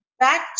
Back